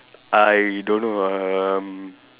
I don't know um